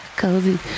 cozy